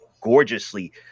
gorgeously